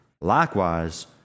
Likewise